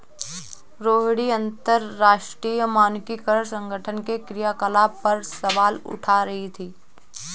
रोहिणी अंतरराष्ट्रीय मानकीकरण संगठन के क्रियाकलाप पर सवाल उठा रही थी